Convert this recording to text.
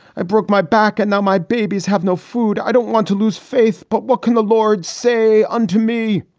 i broke my back and now my babies have no food. i don't want to lose faith. but what can the lord say unto me?